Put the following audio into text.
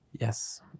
Yes